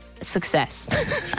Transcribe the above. success